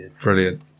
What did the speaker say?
Brilliant